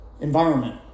environment